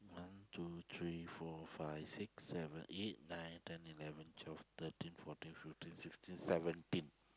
one two three four five six seven eight nine ten eleven twelve thirteen fourteen fifteen sixteen seventeen